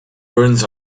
burns